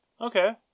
Okay